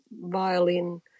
violin